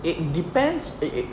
it depends eh